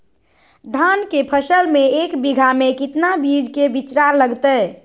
धान के फसल में एक बीघा में कितना बीज के बिचड़ा लगतय?